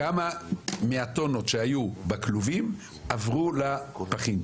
כמה מהטונות שהיו בכלובים עברו לפחים?